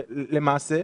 למעשה,